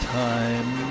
time